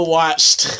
watched